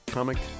Comic